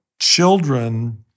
Children